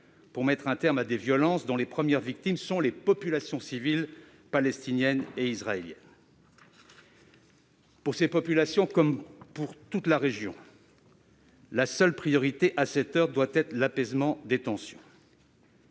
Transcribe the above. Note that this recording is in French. pour mettre un terme à des violences dont les premières victimes sont les populations civiles palestiniennes et israéliennes. Pour ces populations, comme pour toute la région, la seule priorité, à cette heure, doit être l'apaisement des tensions.